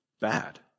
bad